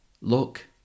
look